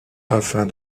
afin